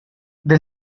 they